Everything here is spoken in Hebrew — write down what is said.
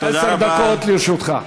עשר דקות לרשותך.